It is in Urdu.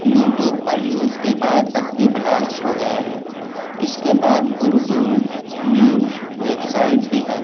یو ٹیوب پر بھی اس کے بعد ادبی بلاکز ہو گیے ہیں اس کے بعد اردو نیوز ویب سائٹ بھی ہیں